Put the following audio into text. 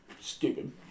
Stupid